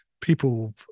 people